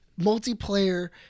multiplayer